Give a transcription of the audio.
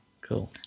Cool